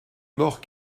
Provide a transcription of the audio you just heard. mort